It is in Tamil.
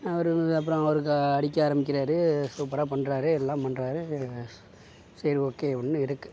அவர் அப்புறம் அவருக அடிக்க ஆரம்பிக்கிறாரு சூப்பராக பண்ணுறாரு எல்லாம் பண்ணுறாரு சரி ஓகே அப்பன்னு இருக்குது